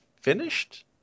finished